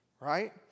right